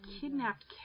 kidnapped